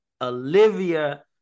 Olivia